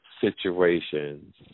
situations